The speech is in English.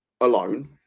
alone